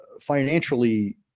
financially